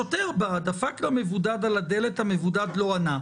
שוטר בא, דפק למבודד על הדלת, המבודד לא ענה.